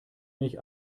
nicht